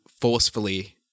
forcefully